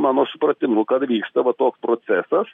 mano supratimu kad grįžta va toks procesas